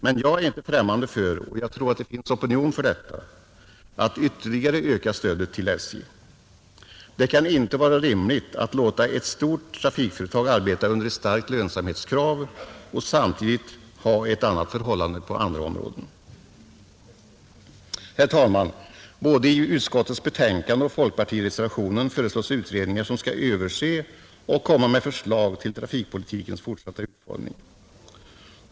Men jag är inte främmande för — och jag tror det finns opinion för detta — att ytterligare öka stödet till SJ. Det kan inte vara rimligt att låta ett stort trafikföretag arbeta under ett starkt lönsamhetskrav och samtidigt ha ett annat förhållande på andra områden. Herr talman! Både i utskottets betänkande och i folkpartireservationen föreslås utredningar som skall överse och komma med förslag till trafikpolitikens fortsatta utformning.